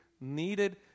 needed